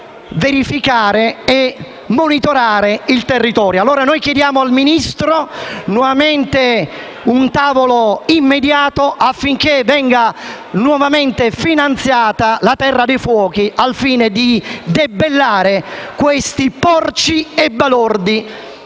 verificare e monitorare il territorio. Noi chiediamo al Ministro nuovamente un tavolo immediato affinché venga nuovamente finanziato un intervento per la terra dei fuochi al fine di debellare questi porci e balordi.